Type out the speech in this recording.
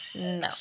No